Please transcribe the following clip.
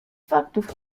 faktów